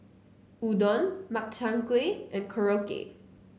Udon Makchang Gui and Korokke